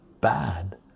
bad